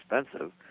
expensive